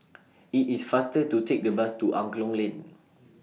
IT IS faster to Take The Bus to Angklong Lane